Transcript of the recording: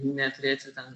neturėti ten